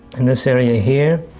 and this area here.